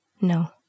No